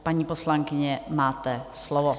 Paní poslankyně, máte slovo.